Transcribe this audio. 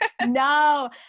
No